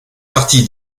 partie